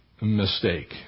mistake